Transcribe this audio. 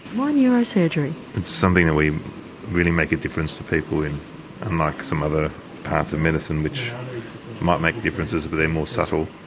why neurosurgery? it's something that. we really make a difference to people, unlike some other parts of medicine which make differences but they're more subtle.